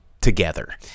together